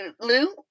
Lou